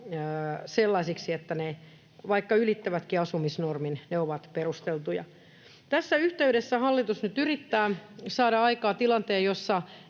sellaisiksi, että vaikka ne ylittävätkin asumisnormin, ne ovat perusteltuja. Tässä yhteydessä hallitus nyt yrittää saada aikaan tilanteen, jossa